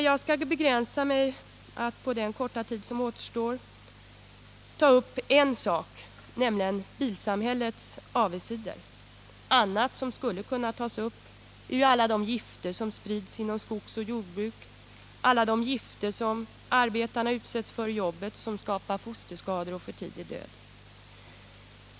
Jag skall dock begränsa mig till att på den korta tid som återstår ta upp en enda sak, nämligen bilsamhällets avigsidor. Annat som skulle kunna tas upp i sammanhanget är alla de gifter som sprids inom skogsoch jordbruk —alla de gifter som arbetarna utsätts för i jobben och som skapar fosterskador och för tidig död.